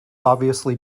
obviously